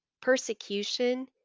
Persecution